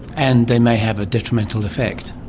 and they may have a detrimental effect.